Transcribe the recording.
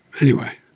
anyway